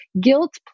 guilt